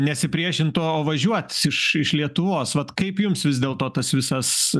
nesipriešint o važiuot iš iš lietuvos vat kaip jums vis dėlto tas visas